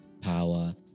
power